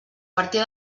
partir